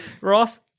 Ross